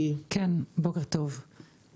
כאשר המוצר נמצא בפיקוח.